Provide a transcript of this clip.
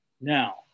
Now